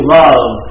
love